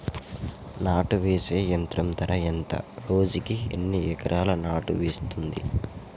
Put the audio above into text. నాటు వేసే యంత్రం ధర ఎంత రోజుకి ఎన్ని ఎకరాలు నాటు వేస్తుంది?